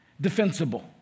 defensible